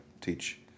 teach